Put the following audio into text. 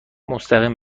مستقیم